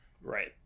Right